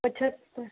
पचहत्तर